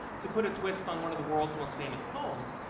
to put a twist on one of the world's most famous poems,